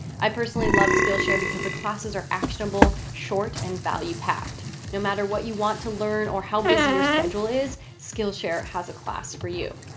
i personally love skillshare because the classes are actionable, short and value packed. no matter what you want to learn or how busy your schedule is. skillshare has a class for you.